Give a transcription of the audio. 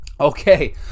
Okay